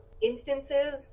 instances